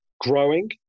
growing